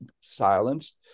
silenced